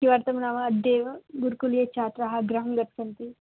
किमर्थं नाम अद्यैव गुरुकुलीयछात्राः गृहं गच्छन्ति